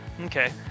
Okay